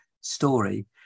story